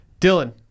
Dylan